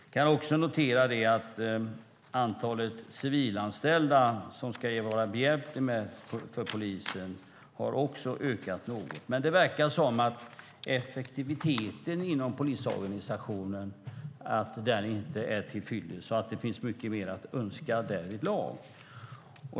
Jag kan också notera att även antalet civilanställda som ska vara polisen behjälpliga har ökat något. Det verkar dock som om effektiviteten inom polisorganisationen inte är till fyllest och att det finns mycket mer att önska därvidlag.